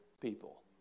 people